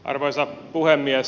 arvoisa puhemies